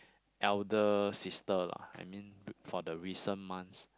elder sister lah I mean for the recent months